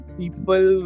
people